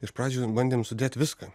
iš pradžių bandėm sudėt viską